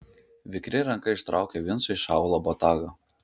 vikri ranka ištraukė vincui iš aulo botagą